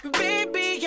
baby